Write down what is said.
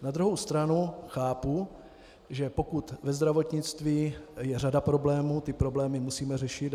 Na druhou stranu chápu, že pokud ve zdravotnictví je řada problémů, ty problémy musíme řešit.